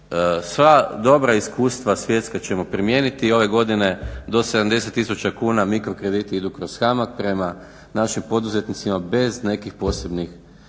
sva dobra iskustva svjetska ćemo primijeniti i ove godine do 70000 kuna mikro krediti idu kroz HAMAG prema našim poduzetnicima bez nekih posebnih